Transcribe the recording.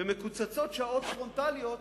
ומקוצצות שעות פרונטליות